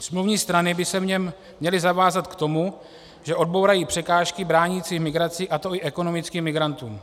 Smluvní strany by se v něm měly zavázat k tomu, že odbourají překážky bránící migraci, a to i ekonomickým migrantům.